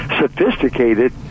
sophisticated